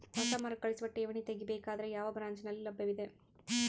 ಹೊಸ ಮರುಕಳಿಸುವ ಠೇವಣಿ ತೇಗಿ ಬೇಕಾದರ ಯಾವ ಬ್ರಾಂಚ್ ನಲ್ಲಿ ಲಭ್ಯವಿದೆ?